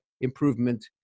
improvement